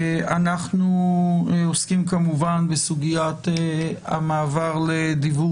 אנחנו עוסקים כמובן בסוגית המעבר לדיוור